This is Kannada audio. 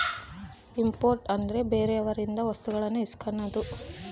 ಇಂಪೋರ್ಟ್ ಅಂದ್ರೆ ಬೇರೆಯವರಿಂದ ವಸ್ತುಗಳನ್ನು ಇಸ್ಕನದು